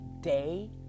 day